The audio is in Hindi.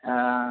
हाँ